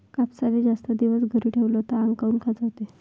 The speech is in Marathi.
कापसाले जास्त दिवस घरी ठेवला त आंग काऊन खाजवते?